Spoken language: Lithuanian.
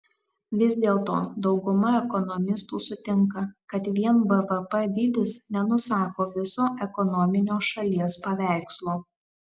vis dėlto dauguma ekonomistų sutinka kad vien bvp dydis nenusako viso ekonominio šalies paveikslo